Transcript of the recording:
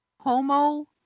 Homo